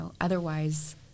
otherwise